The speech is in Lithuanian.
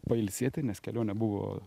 pailsėti nes kelionė buvo